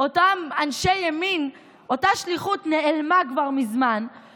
אנחנו גם לא מתביישים בכך שהבאנו נורמה חדשה לחיים הציבוריים,